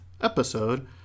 episode